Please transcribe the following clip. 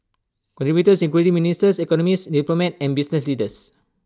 contributors include ministers economists diplomat and business leaders